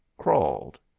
crawled.